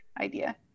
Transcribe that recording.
idea